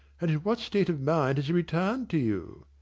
and in what state of mind has he returned to you?